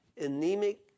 anemic